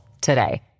today